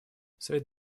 совет